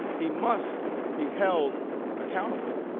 he must be held accountable.